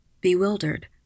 Bewildered